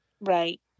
Right